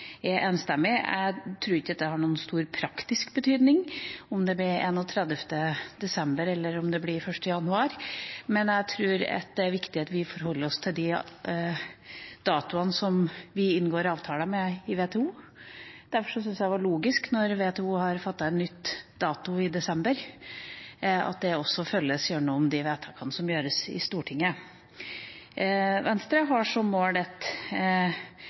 er enstemmig. Jeg tror ikke det har noen stor praktisk betydning om det blir 31. desember eller 1. januar, men jeg tror det er viktig at vi forholder oss til de datoene som vi inngår avtale om i WTO. Derfor syns jeg det er logisk, når WTO har bestemt ny dato i desember, at det også følges gjennom de vedtakene som gjøres i Stortinget. Venstre har som mål